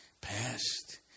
past